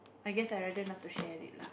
I guess I rather not to share it lah